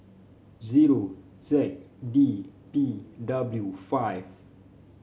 zero Z D P W five